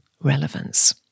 relevance